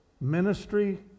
Ministry